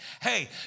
Hey